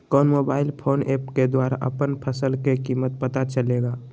कौन mobile phone app के द्वारा अपन फसल के कीमत पता चलेगा?